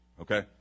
okay